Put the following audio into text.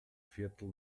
viertel